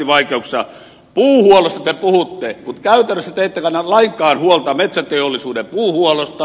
puuhuollosta te puhutte mutta käytännössä te ette kanna lainkaan huolta metsäteollisuuden puuhuollosta